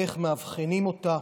איך מאבחנים אותה?